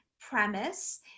premise